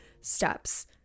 steps